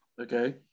okay